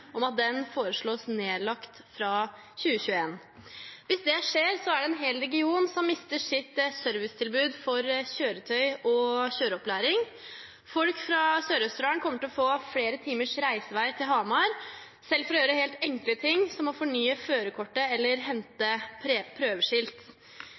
om at den foreslås nedlagt fra 2021. Skjer det, mister en hel region sitt servicetilbud for kjøretøy og kjøreopplæring. Folk fra Sør-Østerdal får opptil flere timers reisevei til Hamar, selv for enkle ting som fornying av førerkort eller